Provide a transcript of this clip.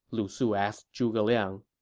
lu su asked zhuge liang